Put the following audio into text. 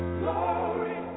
glory